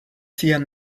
sian